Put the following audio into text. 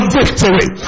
victory